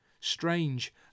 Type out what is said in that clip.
Strange